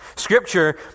Scripture